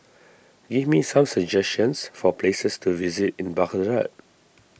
give me some suggestions for places to visit in Baghdad